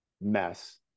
mess